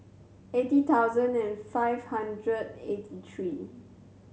eighty thousand and five hundred eighty three